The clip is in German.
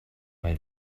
mal